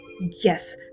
yes